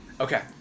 Okay